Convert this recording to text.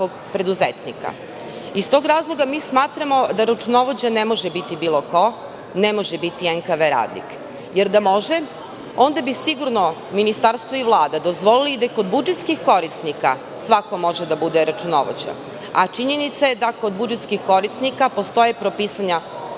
tog razloga, mi smatramo da računovođa ne može biti bilo ko, ne može biti NKV radnik. Da može, onda bi sigurno Ministarstvo i Vlada dozvolili da i kod budžetskih korisnika svako može da bude računovođa. Činjenica je da kod budžetskih korisnika postoje propisana